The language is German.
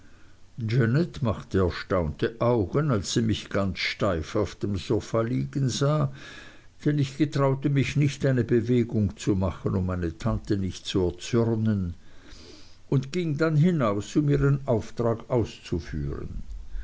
machte erstaunte augen als sie mich ganz steif auf dem sofa liegen sah denn ich getraute mich nicht eine bewegung zu machen um nicht meine tante zu erzürnen und ging dann hinaus um ihren auftrag auszuführen